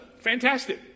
Fantastic